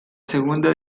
segunda